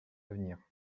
d’avenir